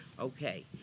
Okay